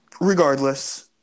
Regardless